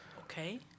Okay